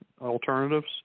alternatives